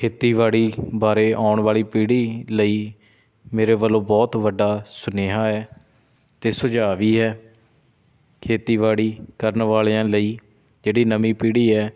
ਖੇਤੀਬਾੜੀ ਬਾਰੇ ਆਉਣ ਵਾਲੀ ਪੀੜ੍ਹੀ ਲਈ ਮੇੇਰੇ ਵੱਲੋਂ ਬਹੁਤ ਵੱਡਾ ਸੁਨੇਹਾ ਹੈ ਅਤੇ ਸੁਝਾਅ ਵੀ ਹੈ ਖੇਤੀਬਾੜੀ ਕਰਨ ਵਾਲਿਆਂ ਲਈ ਜਿਹੜੀ ਨਵੀਂ ਪੀੜ੍ਹੀ ਹੈ